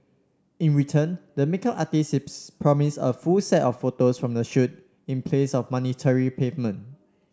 in return the makeup promised a full set of photos from the shoot in place of monetary payment